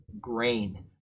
grain